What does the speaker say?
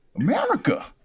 America